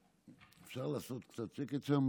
אפשר לעשות קצת שקט שם,